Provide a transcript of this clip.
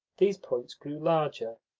these points grew larger,